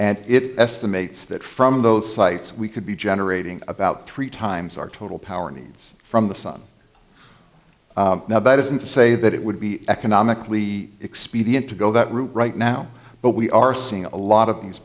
and it estimates that from those sites we could be generating about three times our total power needs from the sun now that isn't to say that it would be economically expedient to go that route right now but we are seeing a lot of these